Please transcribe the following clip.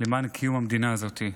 למען קיום המדינה הזאת.